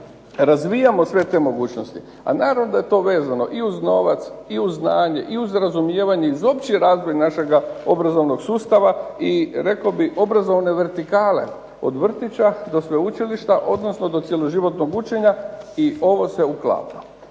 razvijamo sve te mogućnosti. A naravno da je to vezano i uz novac, i uz znanje i uz razumijevanje … razvoj našega obrazovnog sustava i rekao bih obrazovne vertikale. Od vrtića do sveučilišta odnosno do cjeloživotnog učenja i ovo se uklapa.